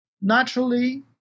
Naturally